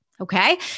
Okay